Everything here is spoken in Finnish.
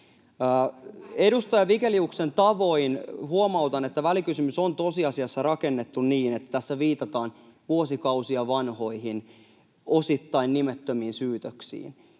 Edustaja Vigeliuksen tavoin huomautan, että välikysymys on tosiasiassa rakennettu niin, että tässä viitataan vuosikausia vanhoihin, osittain nimettömiin syytöksiin.